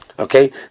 Okay